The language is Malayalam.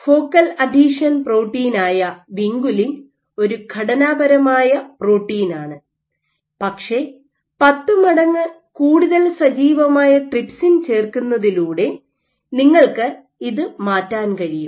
ഫോക്കൽ അഥീഷൻ പ്രോട്ടീനായ വിൻകുലിൻ ഒരു ഘടനാപരമായ പ്രോട്ടീനാണ് പക്ഷേ പത്ത് മടങ്ങ് കൂടുതൽ സജീവമായ ട്രിപ്സിൻ ചേർക്കുന്നതിലൂടെ നിങ്ങൾക്ക് ഇത് മാറ്റാൻ കഴിയും